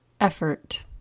Effort